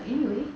but anyway